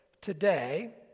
today